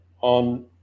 On